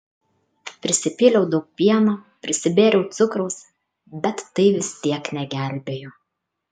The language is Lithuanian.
prisipyliau daug pieno prisibėriau cukraus bet tai vis tiek negelbėjo